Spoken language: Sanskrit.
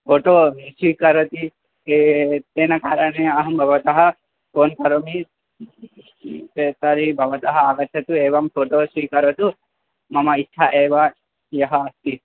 फ़ोटो स्वीकरोति चेत् तेन कारणेन अहं भवतः फ़ोन् करोमि ते तर्हि भवान् आगच्छतु एवं फ़ोटो स्वीकरोतु मम इच्छा एव यः अस्ति